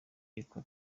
yitwa